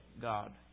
God